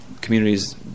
Communities